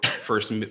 first